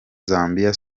zambia